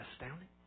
astounding